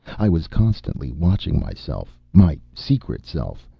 i was constantly watching myself, my secret self,